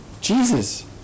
Jesus